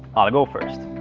ah go first.